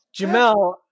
Jamel